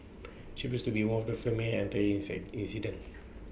she appears to be The One of the filming the entire inset incident